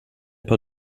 paar